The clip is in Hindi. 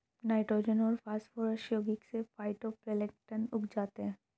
नाइट्रोजन और फास्फोरस यौगिक से फाइटोप्लैंक्टन उग जाते है